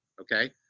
Okay